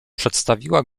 przedstawiła